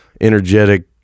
energetic